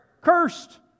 cursed